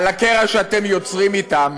על הקרע שאתם יוצרים אתם,